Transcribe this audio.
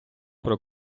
про